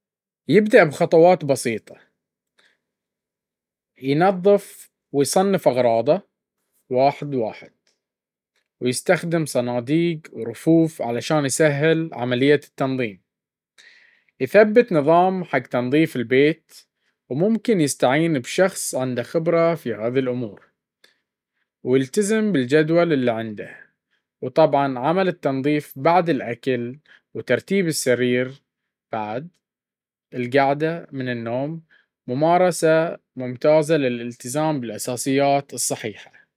يبدأ بخطوات بسيطة، ينظف ويصنف أغراضه واحدة واحدة، ويستخدم صناديق ورفوف عشان يسهل التنظيم, يثبت نظام حق تنظيف البيت وممكن يستعين بشخص عنده خبره في هذي الأمور ويلتزم بالجدول اللي عنده, وطبعا عمل التنظيف بعد الأكل وترتيب السرير بعد القعدة من النوم ممارية ممتازة للإلتزام بالاساسيات الصحيحة.